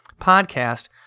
podcast